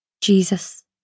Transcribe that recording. Jesus